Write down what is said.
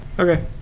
Okay